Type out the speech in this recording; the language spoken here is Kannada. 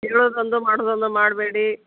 ಹೇಳೋದೊಂದು ಮಾಡೋದೊಂದು ಮಾಡಬೇಡಿ